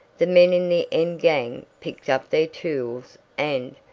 the men in the end gang picked up their tools and,